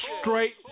Straight